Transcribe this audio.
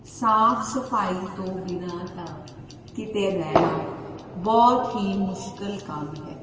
ਸਾਫ਼ ਸਫਾਈ ਤੋਂ ਬਿਨ੍ਹਾਂ ਤਾਂ ਕਿਤੇ ਰਹਿਣਾ ਬਹੁਤ ਹੀ ਮੁਸ਼ਕਿਲ ਕੰਮ ਹੈ